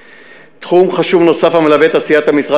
תחום חשוב נוסף המלווה את עשיית המשרד